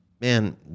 Man